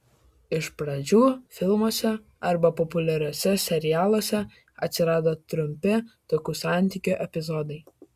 iš pradžių filmuose arba populiariuose serialuose atsirado trumpi tokių santykių epizodai